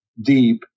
deep